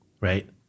right